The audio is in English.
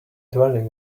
dwelling